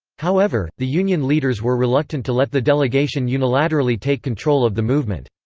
however, the union leaders were reluctant to let the delegation unilaterally take control of the movement.